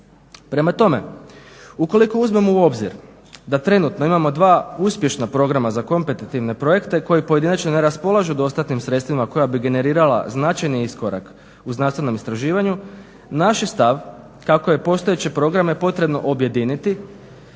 Prema tome, ukoliko uzmemo u obzir da trenutno imamo dva uspješna programa za kompetitivne projekte koji pojedinačno ne raspolažu dostatnim sredstvima koja bi generirala značajni iskorak u znanstvenom istraživanju, naš je stav kako je postojeće programe potrebno objediniti